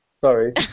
sorry